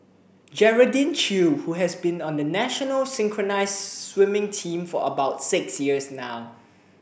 Geraldine Chew who has been on the national synchronised swimming team for about six years now